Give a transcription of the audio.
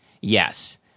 yes